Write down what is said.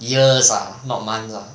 years ah not months lah